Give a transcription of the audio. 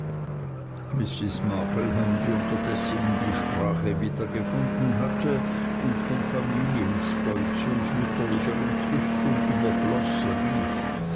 unterdessen die sprache wiedergefunden hatte und von familienstolz und mütterlicher entrüstung überfloß rief